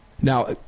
Now